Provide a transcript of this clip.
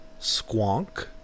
Squonk